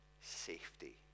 safety